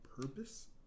purpose